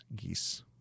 geese